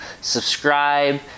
subscribe